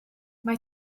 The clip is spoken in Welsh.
mae